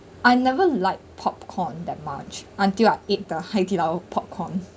I never like popcorn that much until I eat the 海底捞 popcorn